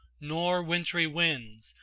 nor wintry winds,